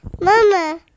Mama